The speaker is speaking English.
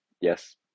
Yes